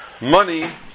money